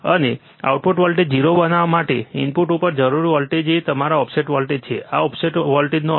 અને output voltage 0 બનાવવા માટે ઇનપુટ ઉપર જરૂરી વોલ્ટેજ એ તમારો ઓફસેટ વોલ્ટેજ છે આ ઓફસેટ વોલ્ટેજનો અર્થ છે